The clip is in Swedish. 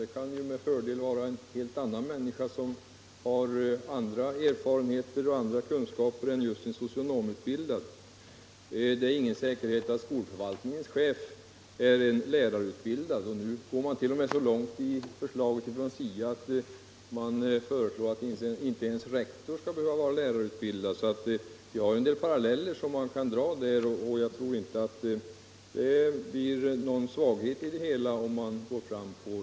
Det kan med fördel också vara en person med annan utbildning och andra erfarenheter än just en socionomutbildad. Det är inte heller säkert att skolförvaltningens chef har lärarutbildning. Man kan alltså dra en del paralleller till den ordning som här har tillämpats, och jag tror inte att det behöver innebära någon försvagning.